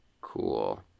Cool